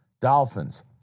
Dolphins